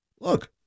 Look